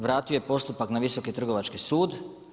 Vratio je postupak na Visoki trgovački sud.